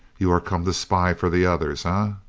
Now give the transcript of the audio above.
you are come to spy for the others, ah,